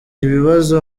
ibibazo